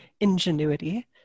ingenuity